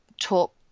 talk